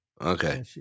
okay